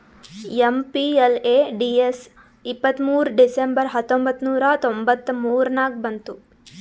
MPLADS ಇಪ್ಪತ್ತ್ಮೂರ್ December ಹತ್ತೊಂಬತ್ ನೂರಾ ತೊಂಬತ್ತ ಮೂರ ನಾಗ ಬಂತು